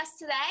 today